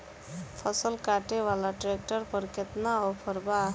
फसल काटे वाला ट्रैक्टर पर केतना ऑफर बा?